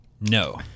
No